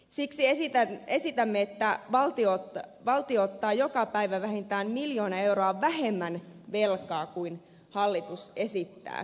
siksi esitämme että valtio ottaa joka päivä vähintään miljoona euroa vähemmän velkaa kuin mitä hallitus esittää